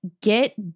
get